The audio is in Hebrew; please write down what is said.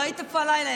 לא היית כל הלילה.